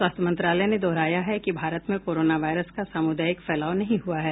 स्वास्थ्य मंत्रालय ने दोहराया है कि भारत में कोरोना वायरस का सामुदायिक फैलाव नहीं हुआ है